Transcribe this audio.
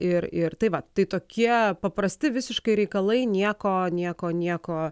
ir ir tai vat tai tokie paprasti visiškai reikalai nieko nieko nieko